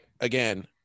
again